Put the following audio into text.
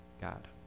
God